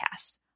Podcasts